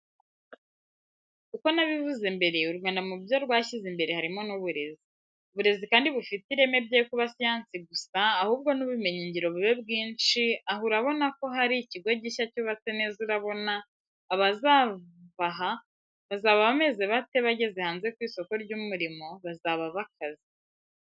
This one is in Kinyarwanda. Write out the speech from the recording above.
Uko nabivuze mbere u Rwanda mubyo rwashyize imbere harimo n'uburezi. Uburezi kandi bufite ireme byekuba siyansi gusa ahubwo n,ubumenyi ngiro bube bwinshi aha urabona ko harikigo gishya cyubatse neza urabona abazavaha bazaba bameze bate bageze hanze kwisoko ry,umurimo bazaba bakaze.